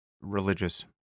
religious